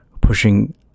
pushing